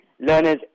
learners